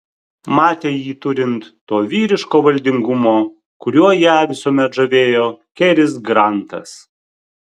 matė jį turint to vyriško valdingumo kuriuo ją visuomet žavėjo keris grantas